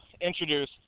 introduce